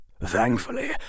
Thankfully